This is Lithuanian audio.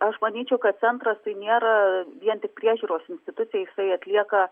aš manyčiau kad centras tai nėra vien tik priežiūros institucija jisai atlieka